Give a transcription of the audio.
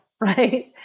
right